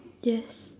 yes